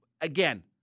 again